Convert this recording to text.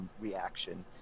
reaction